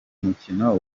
mukino